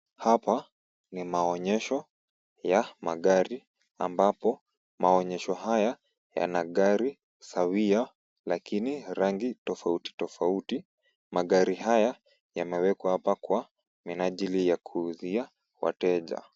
Hapa ni maonyesho ya magari, ambapo maonyesho haya yana magari sawia, lakini rangi tofauti tofauti. Magari haya yamewekwa hapa kwa minajili ya kuuzia wateja.